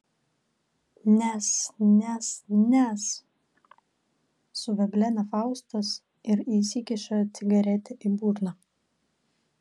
nes nes nes suveblena faustas ir įsikiša cigaretę į burną